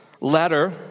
letter